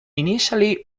initially